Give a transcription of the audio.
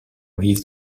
vivent